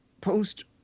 post